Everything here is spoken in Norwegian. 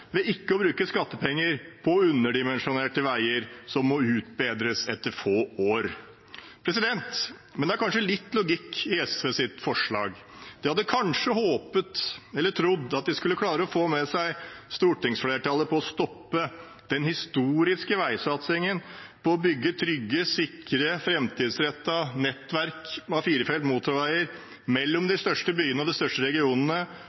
å bruke skattepenger på underdimensjonerte veier som må utbedres etter få år. Men det er kanskje litt logikk i SVs forslag. De hadde kanskje håpet eller trodd at de skulle klare å få med seg stortingsflertallet på å stoppe den historiske veisatsingen – å bygge trygge, sikre, framtidsrettede nettverk av firefelts motorveier mellom